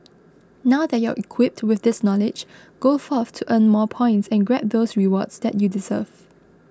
now that you're equipped with this knowledge go forth to earn more points and grab those rewards that you deserve